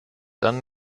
dann